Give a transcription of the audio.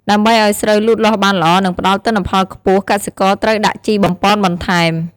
ដើម្បីឱ្យស្រូវលូតលាស់បានល្អ និងផ្ដល់ទិន្នផលខ្ពស់ កសិករត្រូវដាក់ជីបំប៉នបន្ថែម។